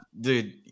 Dude